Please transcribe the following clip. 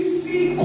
see